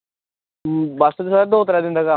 बस sir दो त्रै दिन दा कम्म ऐ उ'दे बाद बेल्ले गै बेल्ले ऐ